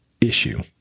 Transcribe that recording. issue